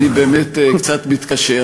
אני באמת קצת מתקשה.